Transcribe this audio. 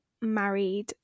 married